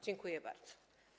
Dziękuję bardzo.